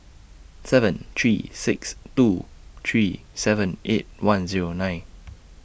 seven three six two three seven eight one Zero nine